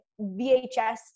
VHS